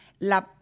La